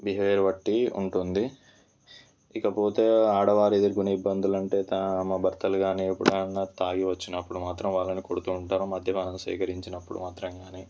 behaviour బట్టి ఉంటుంది ఇకపోతే ఆడవారి ఎదుర్కొనే ఇబ్బందులు అంటే తమ భర్తలు కానీ ఎప్పుడైనా తాగి వచ్చినప్పుడు మాత్రం వాళ్ళని కొడుతు ఉంటారు మద్యపానం సేకరించినప్పుడు మాత్రమే కానీ